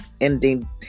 ending